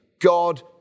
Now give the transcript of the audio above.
God